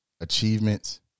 achievements